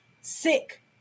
sick